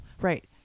right